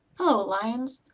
hello lions,